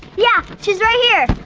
yeah, she's right here.